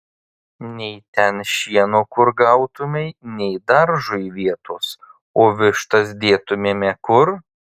nei ten šieno kur gautumei nei daržui vietos o vištas dėtumėme kur